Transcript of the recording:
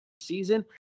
season